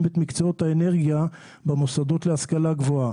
את מקצועות האנרגיה במוסדות להשכלה גבוהה.